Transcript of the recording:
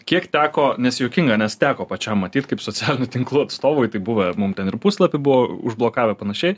kiek teko nes juokinga nes teko pačiam matyt kaip socialinių tinklų atstovai taip buvę mums ten ir puslapį buvo užblokavę panašiai